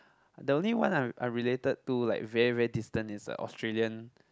the only one I I related to like very very distance is a Australian